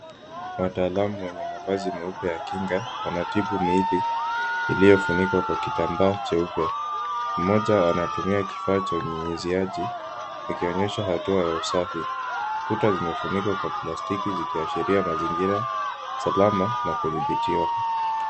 Wataalamu wenye mavazi meupe ya kinga wanatibu miili iliyofunikwa kwa kitambaa cheupe. Mmoja anatumia kifaa cha unyunyiziaji, ikionyesha hatua za usafi. Ukuta zimefunikwa kwa plastiki ikiashiria usalama na kudhibitiwa.